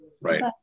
right